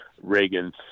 Reagan's